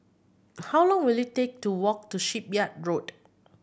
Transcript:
how long will it take to walk to Shipyard Road